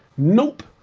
nope,